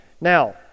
Now